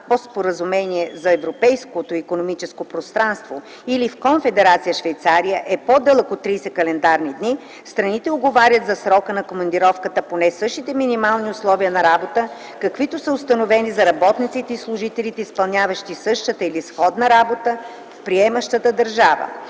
по Споразумението за Европейското икономическо пространство или в Конфедерация Швейцария, е по-дълъг от 30 календарни дни, страните уговарят за срока на командировката поне същите минимални условия на работа, каквито са установени за работниците и служителите, изпълняващи същата или сходна работа в приемащата държава.